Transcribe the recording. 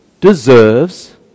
deserves